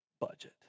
budget